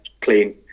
clean